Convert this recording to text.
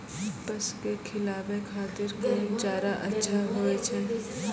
पसु के खिलाबै खातिर कोन चारा अच्छा होय छै?